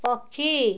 ପକ୍ଷୀ